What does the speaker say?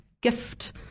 gift